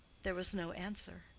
there was no answer.